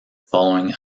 following